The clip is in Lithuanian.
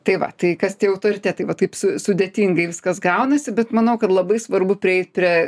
tai va tai kas tie autoritetai va taip su sudėtingai viskas gaunasi bet manau kad labai svarbu prieit prie